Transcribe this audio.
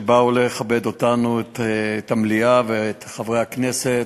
שבאו לכבד אותנו, את המליאה ואת חברי הכנסת.